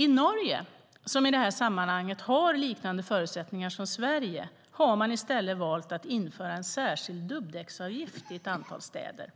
I Norge, som i det här sammanhanget har liknande förutsättningar som Sverige, har man i stället valt att införa en särskild dubbdäcksavgift i ett antal städer.